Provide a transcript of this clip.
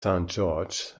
george’s